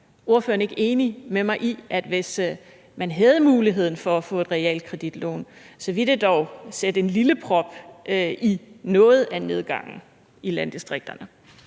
ordføreren ikke enig med mig i, at hvis man havde muligheden for at få et realkreditlån, ville det dog sætte en lille prop i noget af nedgangen i landdistrikterne?